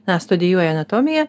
na studijuoja anatomiją